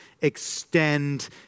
extend